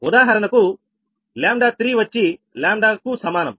ఉదాహరణకు కు λ3 వచ్చి λ కు సమానం